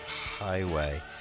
highway